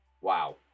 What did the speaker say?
wow